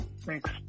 Thanks